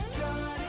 God